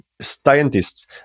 scientists